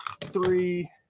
three